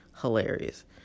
hilarious